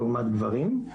לעומת גברים,